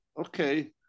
okay